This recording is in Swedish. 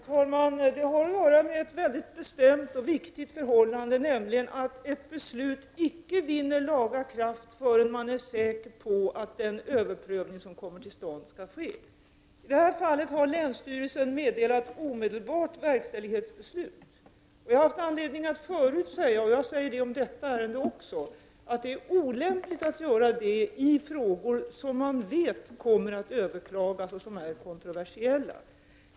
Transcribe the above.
Herr talman! Det har att göra med ett mycket bestämt och viktigt förhållande, nämligen att beslut icke vinner laga kraft förrän man är säker på att överprövning inte skall ske. I det här fallet har länsstyrelsen meddelat omedelbart verkställighetsbeslut. Jag har haft anledning att säga det förut, och jag säger det om detta ärende också, att det är olämpligt att göra så i frågor som man vet kommer att överprövas därför att de är kontroversiella.